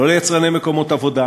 לא ליצרני מקומות עבודה,